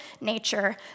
nature